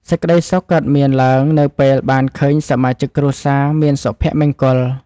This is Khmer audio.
សេចក្ដីសុខកើតមានឡើងនៅពេលបានឃើញសមាជិកគ្រួសារមានសុភមង្គល។